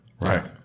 right